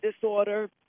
disorder